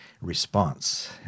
Response